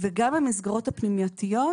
וגם המסגרות הפנימייתיות,